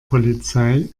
polizei